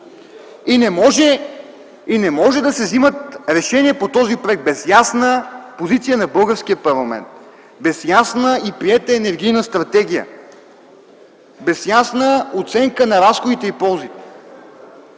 и не може да се взимат решения по този проект без ясна позиция на българския парламент, без ясна и приета енергийна стратегия, без ясна оценка на разходите и ползите.